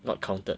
not counted